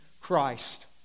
Christ